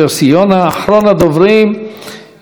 אחרון הדוברים, יואל חסון.